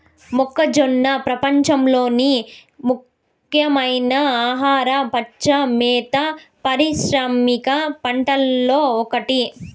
మొక్కజొన్న ప్రపంచంలోని ముఖ్యమైన ఆహార, పచ్చి మేత పారిశ్రామిక పంటలలో ఒకటి